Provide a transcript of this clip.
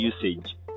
usage